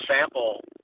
sample